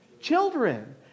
Children